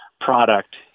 product